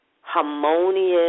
harmonious